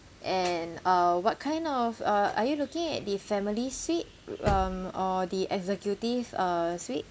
and uh what kind of uh are you looking at the family's suite um or the executive uh suite